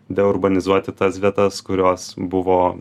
deurbanizuoti tas vietas kurios buvo